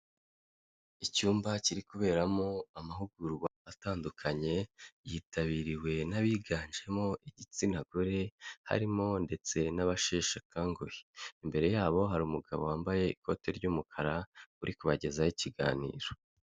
Icyumba kiri kuberamo amahugurwa atandukanye, yitabiriwe n'abiganjemo igitsina gore, harimo ndetse n'abasheshakanguhe. Imbere yabo hari umugabo wambaye ikote ry'umukara uri kubagezaho ikiganiro.